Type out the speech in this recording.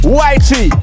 Whitey